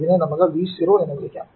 ഇതിനെ നമുക്ക് V0 എന്ന് വിളിക്കാം